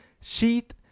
Sheet